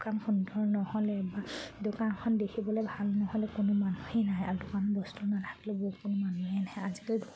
দোকান সুন্দৰ নহ'লে বা দোকানখন দেখিবলৈ ভাল নহ'লে কোনো মানুহেই নাহে আৰু দোকানত বস্তু নাথাকিলে বহুত কোনো মানুহেই নাহে আজিকালি